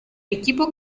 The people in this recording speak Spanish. equipo